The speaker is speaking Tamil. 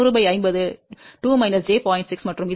6 மற்றும் z0 1